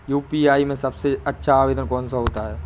UPI में सबसे अच्छा आवेदन कौन सा होता है?